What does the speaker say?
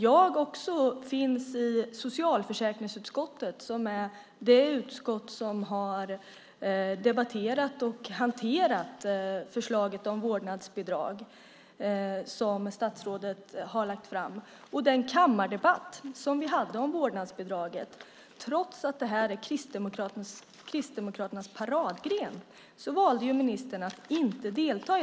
Jag finns också i socialförsäkringsutskottet, det utskott som har debatterat och hanterat förslaget om vårdnadsbidrag som statsrådet har lagt fram. Ministern valde att inte delta i den kammardebatt vi hade om vårdnadsbidraget, trots att det här är Kristdemokraternas paradgren.